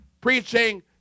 preaching